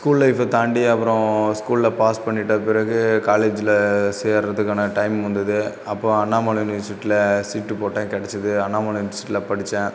school லைஃபை தாண்டி அப்புறம் ஸ்கூலில் பாஸ் பண்ணிவிட்ட பிறகு காலேஜில் சேர்வதுக்கான டைம் வந்தது அப்போது அண்ணாமலை யுனிவர்சிட்டியில் சீட் போட்டேன் கிடச்சுது அண்ணாமலை யுனிவர்சிட்டியில் படித்தேன்